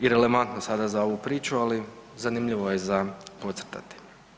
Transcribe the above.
Irelevantno sada za ovu priču, ali zanimljivo je za podcrtati.